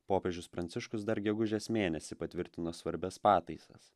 popiežius pranciškus dar gegužės mėnesį patvirtino svarbias pataisas